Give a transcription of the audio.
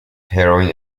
heroin